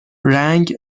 رنگ